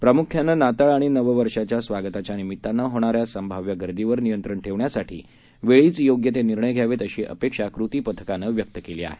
प्रामुख्यानंनाताळआणिनववर्षाच्यास्वागताच्यानिमित्तानंहोणाऱ्यासंभाव्यगर्दीवरनियंत्रणठेव ण्यासाठीवेळीचयोग्यतेनिर्णयघ्यावेत अशीअपेक्षाकृतीपथकानंव्यक्तकेलीआहे